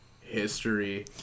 History